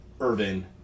Irvin